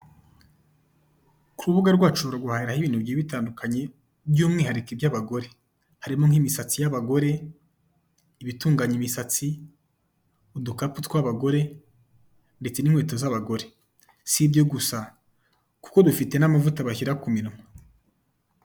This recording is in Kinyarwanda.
Ku rubuga rwacu ubu uri guhahiraho ibintu bigiye bitandukanye by'umwihariko iby'abagore harimo nk'imisatsi y'abagore, ibitunganya imisatsi, udukapu tw'abagore ndetse n'inkweto z'abagore. Si ibyo gusa kuko dufite n'amavuta bashyira ku minwa.